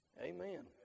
Amen